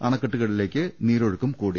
അണക്കെട്ടുകളിലേക്ക് നീരൊഴുക്കും കൂടി